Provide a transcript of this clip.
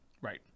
Right